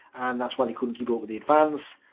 and that's why they couldn't keep up with the advance.